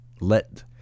let